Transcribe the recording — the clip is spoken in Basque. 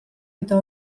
eta